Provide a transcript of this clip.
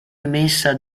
emessa